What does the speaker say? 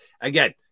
Again